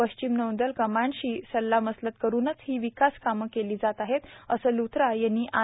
पश्चिम नौदल कमांडशी सल्ला मसलत करुनच ही विकास कामं केली जात आहेत असं लुथरा यांनी आय